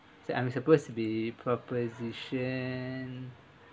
so I'm supposed to be proposition